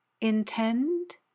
Intend